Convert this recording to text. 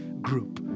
group